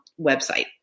website